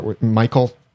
Michael